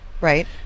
Right